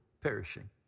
perishing